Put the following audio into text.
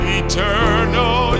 eternal